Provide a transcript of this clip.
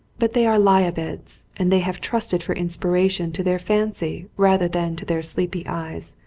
but they are lie-a beds, and they have trusted for inspiration to their fancy rather than to their sleepy eyes.